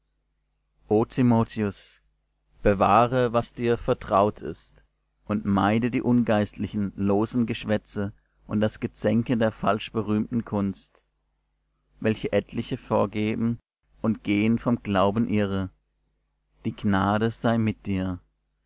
o timotheus bewahre was dir vertraut ist und meide die ungeistlichen losen geschwätze und das gezänke der falsch berühmten kunst welche etliche vorgeben und gehen vom glauben irre die gnade sei mit dir